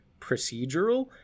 procedural